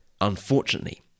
unfortunately